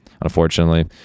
unfortunately